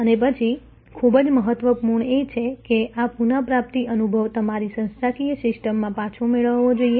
અને પછી ખૂબ જ મહત્વપૂર્ણ છે કે આ પુનઃપ્રાપ્તિ અનુભવ તમારી સંસ્થાકીય સિસ્ટમમાં પાછો મેળવવો જોઈએ